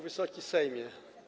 Wysoki Sejmie!